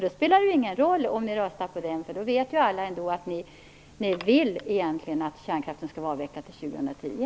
Då spelar det ingen roll att ni röstar på den, eftersom alla ändå vet att ni egentligen vill att kärnkraften skall vara avvecklad till år 2010.